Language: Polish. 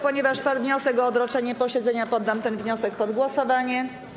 Ponieważ padł wniosek o odroczenie posiedzenia, poddam ten wniosek pod głosowanie.